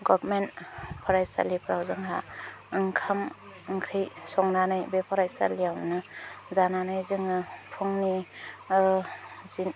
government फरायसालिफोराव जोंहा ओंखाम ओंख्रि संनानै बे फरायसालियावनो जानानै जोङो फुंनि जि